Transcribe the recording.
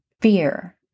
fear